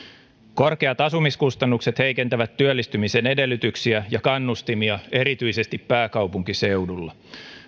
korkeat asumiskustannukset heikentävät työllistymisen edellytyksiä ja kannustimia erityisesti pääkaupunkiseudulla